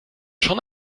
schon